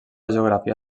geografia